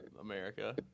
America